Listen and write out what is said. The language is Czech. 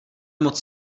moc